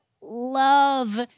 love